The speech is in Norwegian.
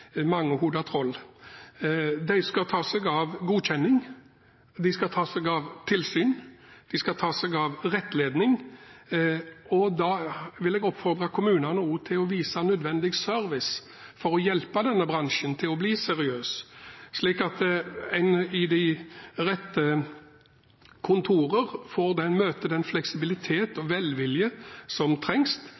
De skal ta seg av godkjenning, de skal ta seg av tilsyn, de skal ta seg av rettledning. Da vil jeg oppfordre kommunene også til å utvise nødvendig service for å hjelpe denne bransjen til å bli seriøs, slik at en i de rette kontorer får møte den fleksibilitet og velvilje som trengs